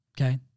Okay